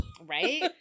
Right